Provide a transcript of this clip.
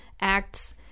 Acts